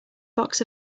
box